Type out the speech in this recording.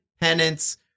Penance